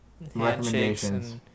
Recommendations